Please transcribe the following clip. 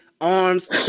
Arms